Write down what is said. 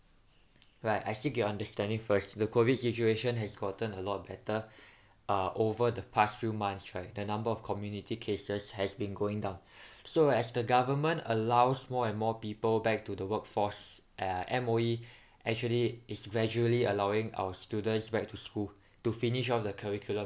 right I seek your understanding first the COVID situation has gotten a lot better uh over the past few months right the number of community cases has been going down so as the government allows more and more people back to the workforce uh M_O_E actually is gradually allowing our students back to school to finish off the curriculum